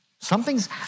Something's